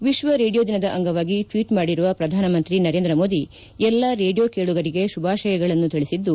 ವಿಶ್ವ ರೇಡಿಯೋ ದಿನದ ಅಂಗವಾಗಿ ಟ್ವೀಟ್ ಮಾಡಿರುವ ಪ್ರಧಾನಮಂತ್ರಿ ನರೇಂದ್ರ ಮೋದಿ ಎಲ್ಲಾ ರೇಡಿಯೋ ಕೇಳುಗರಿಗೆ ಶುಭಾಶಯಗಳನ್ನು ತಿಳಿಸಿದ್ದು